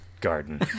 garden